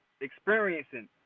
experiencing